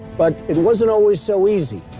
but it wasn't always so easy.